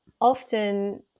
often